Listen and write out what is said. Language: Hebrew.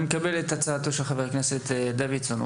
אני מקבל את הצעתו של חבר הכנסת דוידסון.